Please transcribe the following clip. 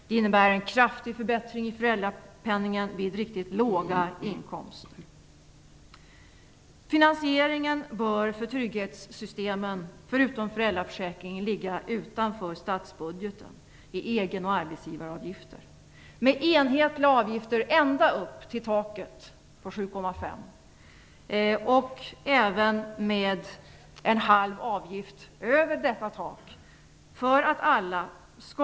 Det innebär en kraftig förbättring i föräldrapenningen vid riktigt låga inkomster. Trygghetssystemet, förutom föräldraförsäkringen, bör finansieras utanför statsbudgeten genom egenoch arbetsgivaravgifter. Enhetliga avgifter bör tas ut på inkomster ända upp till taket på 7,5 basbelopp. På inkomster över detta tak kan en halv avgift tas ut.